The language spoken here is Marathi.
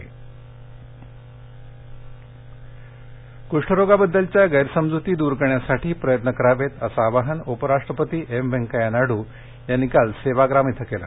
उपराष्टपती क्ष्ठरोगाबदलच्या गैरसमज्ती दूर करण्यासाठी प्रयत्न करावेत असं आवाहन उपराष्ट्रपती एम व्यंकय्या नायडू यांनी काल सेवाग्राम इथं केलं